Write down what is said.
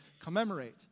commemorate